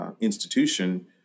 institution